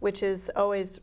which is always